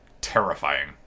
terrifying